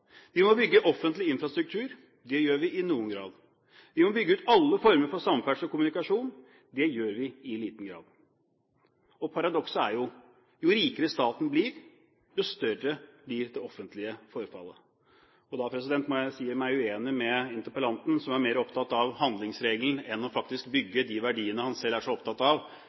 Vi må bygge offentlig infrastruktur – det gjør vi i noen grad. Vi må bygge ut alle former for samferdsel og kommunikasjon – det gjør vi i liten grad. Paradokset er at jo rikere staten blir, jo større blir det offentlige forfallet. Og da må jeg si meg uenig med interpellanten, som er mer opptatt av handlingsregelen enn av å bygge de verdiene han selv er så opptatt av